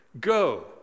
Go